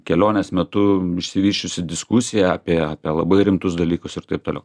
kelionės metu išsivysčiusi diskusija apie apie labai rimtus dalykus ir taip toliau